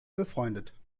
befreundet